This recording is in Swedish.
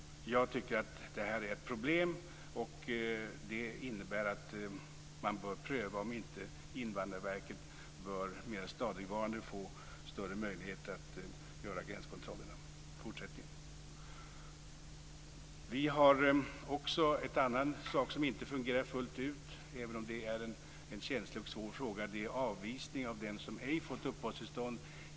Jag tycker att det här är ett problem. Därför bör man pröva om inte Invandrarverket mera stadigvarande borde få större möjlighet att göra gränskontrollerna i fortsättningen. Vi har också en annan sak som inte fungerar fullt ut, även om det är en känslig och svår fråga. Det gäller avvisning av den som ej fått uppehållstillstånd.